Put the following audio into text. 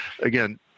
again